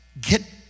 get